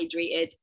hydrated